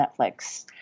Netflix